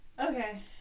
okay